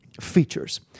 features